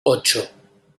ocho